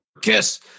kiss